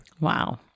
wow